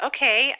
Okay